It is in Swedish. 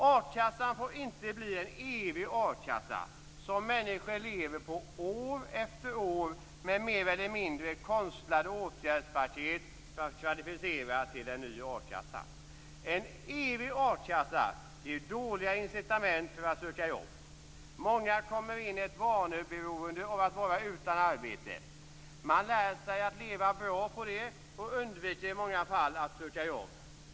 A-kassan får inte bli en evig a-kassa, som människor lever på år efter år, med mer eller mindre konstlade åtgärdspaket för att kvalificera till en ny a-kassa. En evig a-kassa ger dåliga incitament för att söka jobb. Många kommer in i ett vaneberoende av att vara utan arbete. Man lär sig att leva bra på det och undviker i många fall att söka jobb.